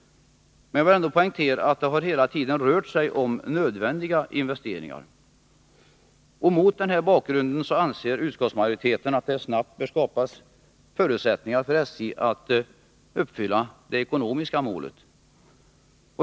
Men jag vill ändå poängtera att det hela tiden har rört sig om nödvändiga investeringar. Mot denna bakgrund anser utskottsmajoriteten att det snabbt bör skapas förutsättningar för SJ att uppfylla det ekonomiska målet.